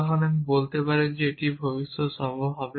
তবে আপনি বলতে পারেন যে এটি ভবিষ্যতে সম্ভব হবে